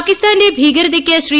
പാകിസ്ഥാന്റെ ഭീകരതയ്ക്ക് ശ്രീ